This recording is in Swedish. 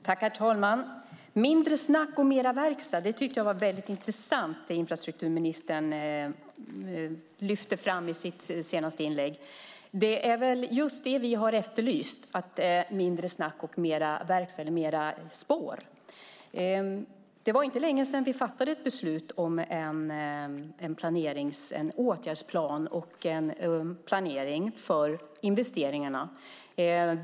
Herr talman! Mindre snack och mer verkstad - det var intressant att infrastrukturministern lyfte fram det i sitt senaste inlägg. Det är väl just det vi har efterlyst: mindre snack och mer verkstad, eller mer spår. Det var inte länge sedan vi fattade ett beslut om en åtgärdsplan och planering för investeringarna.